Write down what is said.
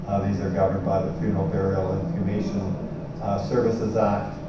ah these are governed by the funeral, burial, and cremation services act.